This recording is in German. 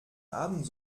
abend